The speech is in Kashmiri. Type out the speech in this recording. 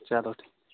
چلو ٹھیٖک